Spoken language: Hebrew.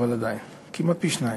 אבל עדיין כמעט פי-שניים.